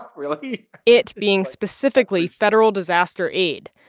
really it being specifically federal disaster aid.